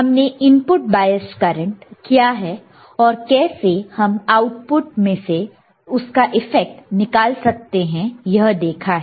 हमने input bias current क्या है और कैसे हम आउटपुट में से उसका इफेक्ट निकाल सकते हैं यह देखा है